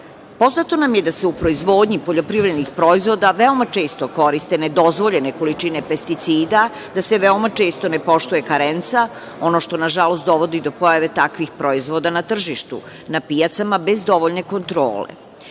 Poznato nam je da se u proizvodnji poljoprivrednih proizvoda veoma često koriste nedozvoljene količine pesticida, da se veoma često ne poštuje karenca, ono što, nažalost, dovodi do pojave takvih proizvoda na tržištu, na pijacama bez dovoljne kontrole. Ono